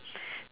a~